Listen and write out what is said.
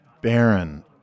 Baron